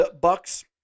Bucks